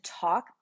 talk